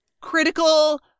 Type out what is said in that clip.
critical